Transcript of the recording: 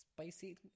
spicy